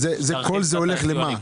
כל זה הולך לאן?